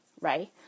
right